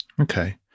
Okay